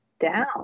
down